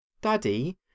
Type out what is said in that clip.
Daddy